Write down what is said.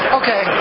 okay